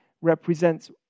represents